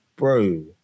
Bro